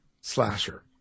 slasher